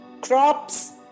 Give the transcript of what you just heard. crops